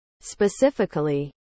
Specifically